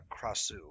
Krasu